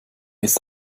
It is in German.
ist